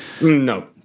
No